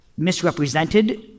misrepresented